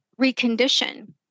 recondition